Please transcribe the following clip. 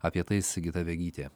apie tai sigita vegytė